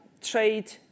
trade